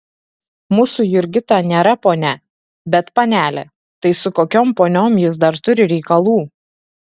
mūsų jurgita nėra ponia bet panelė tai su kokiom poniom jis dar turi reikalų